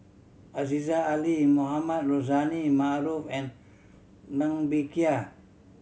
Aziza Ali Mohamed Rozani Maarof and Ng Bee Kia